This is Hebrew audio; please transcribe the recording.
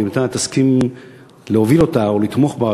אם אתה תסכים להוביל אותה או לתמוך בה,